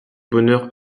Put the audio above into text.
bonheur